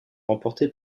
remportées